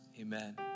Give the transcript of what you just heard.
amen